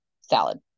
salad